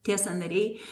tie sąnariai